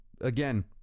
again